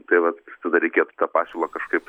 tai vat tada reikėtų tą pasiūlą kažkaip